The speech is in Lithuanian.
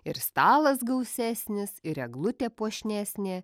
ir stalas gausesnis ir eglutė puošnesnė